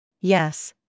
Yes